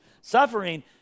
Suffering